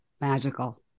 Magical